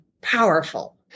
powerful